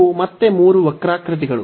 ಇವು ಮತ್ತೆ ಮೂರು ವಕ್ರಾಕೃತಿಗಳು